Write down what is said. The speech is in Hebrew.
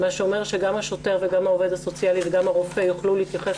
מה שאומר שגם השוטר וגם העובד הסוציאלי וגם הרופא יוכלו להתייחס